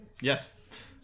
yes